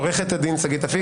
עו"ד שגית אפיק.